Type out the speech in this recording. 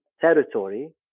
territory